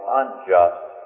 unjust